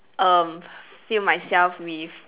um fill myself with